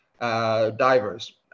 divers